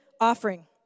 offering